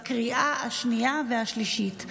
לקריאה השנייה והשלישית.